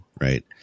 Right